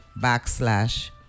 backslash